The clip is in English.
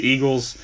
Eagles